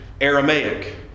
Aramaic